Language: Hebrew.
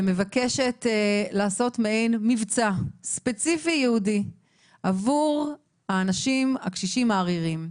ומבקשת לעשות מעין מבצע ספציפי וייעודי עבור האנשים הקשישים העריריים.